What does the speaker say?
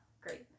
great